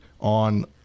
on